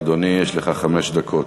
בבקשה, אדוני, יש לך חמש דקות.